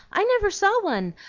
i never saw one.